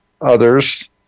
others